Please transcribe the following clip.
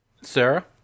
Sarah